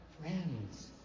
Friends